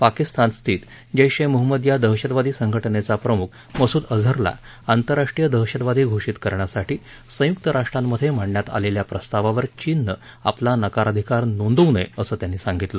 पाकिस्तान स्थित जेश ए मोहम्मद या दहशतवादी संघटनेचा प्रमुख मसूद अझरला आंतराष्ट्रीय दहशतवादी घोषित करण्यासाठी संयुक राष्ट्रांमध्ये मांडण्यात आलेल्या प्रस्तावावर चीननं आपला नकाराधिकार नोंदवू नये असं त्यांनी सांगितलं